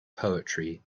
poetry